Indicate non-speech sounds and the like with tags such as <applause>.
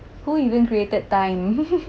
who even created time <laughs>